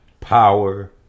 power